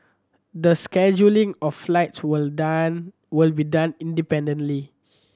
the scheduling of flights will done will be done independently